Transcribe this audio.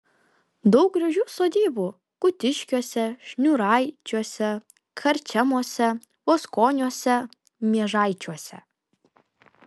daug gražių sodybų kutiškiuose šniūraičiuose karčemose voskoniuose miežaičiuose